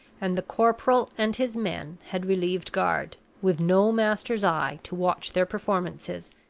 and the corporal and his men had relieved guard, with no master's eye to watch their performances,